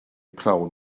pnawn